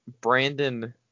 Brandon